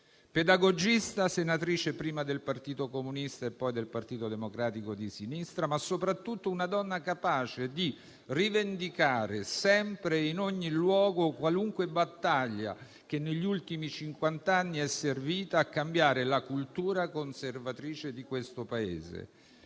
pedagogista, senatrice prima del Partito Comunista e poi del Partito Democratico della Sinistra, ma soprattutto una donna capace di rivendicare sempre e in ogni luogo qualunque battaglia che negli ultimi cinquant'anni sia servita a cambiare la cultura conservatrice di questo Paese.